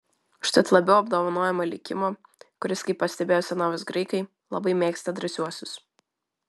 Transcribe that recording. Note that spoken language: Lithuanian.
užtat labiau apdovanojama likimo kuris kaip pastebėjo senovės graikai labai mėgsta drąsiuosius